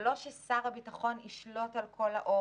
זה לא ששר הביטחון ישלוט על כל העורף.